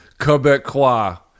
Quebecois